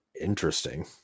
Interesting